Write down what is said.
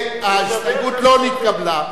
ההסתייגות לא נתקבלה.